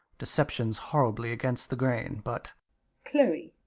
deception's horribly against the grain but chloe.